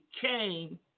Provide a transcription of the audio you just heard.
came